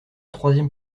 troisième